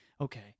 okay